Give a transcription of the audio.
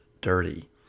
dirty